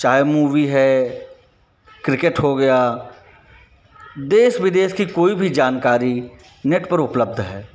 चाहे मूवी है क्रिकेट हो गया देश विदेश की कोई भी जानकारी नेट पर उपलब्ध है